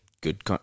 good